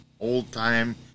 old-time